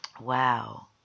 Wow